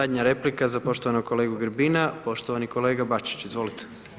Zadnja replika za poštovanog kolegu Grbina, poštovani kolega Bačić, izvolite.